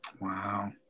Wow